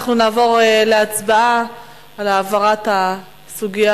אנחנו נעבור להצבעה על העברת הסוגיה